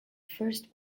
first